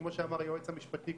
כמו שאמר היועץ המשפטי,